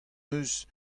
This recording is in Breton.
eus